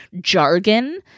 jargon